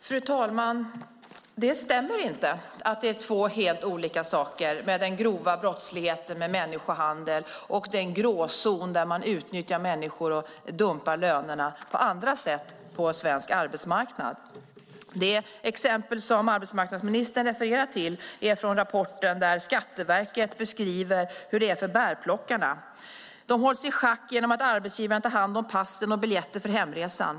Fru talman! Det stämmer inte att den grova brottsligheten med människohandel och den gråzon där man utnyttjar människor och dumpar lönerna på andra sätt på svensk arbetsmarknad är två helt olika saker. Det exempel som arbetsmarknadsministern refererar till är från rapporten där Skatteverket beskriver hur det är för bärplockarna: "De hålls i schack genom att arbetsgivaren tar hand om passen och biljetter för hemresan.